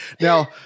now